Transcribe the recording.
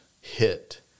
hit